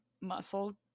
muscle